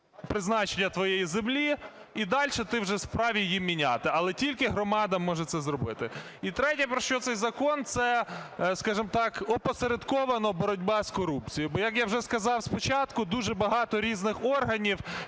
третє, про що цей закон, це, скажемо так, опосередковано боротьба з корупцією. Бо, як я вже сказав з початку, дуже багато різних органів,